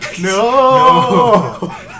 No